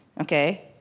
Okay